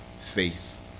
faith